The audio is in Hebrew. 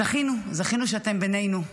זכינו, זכינו שאתם בינינו.